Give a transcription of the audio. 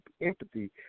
empathy